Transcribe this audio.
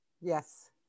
Yes